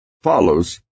follows